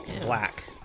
Black